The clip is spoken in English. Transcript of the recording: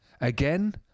Again